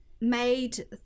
made